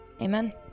Amen